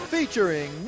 Featuring